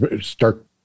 start